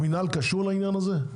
המנהל קשור לעניין הזה?